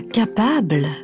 capable